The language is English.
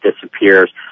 disappears